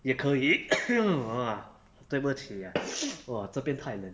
也可以 ah 对不起 ah 这边太冷